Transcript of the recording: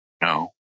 No